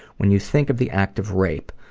when you think of the act of rape,